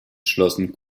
schlossen